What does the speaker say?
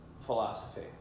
philosophy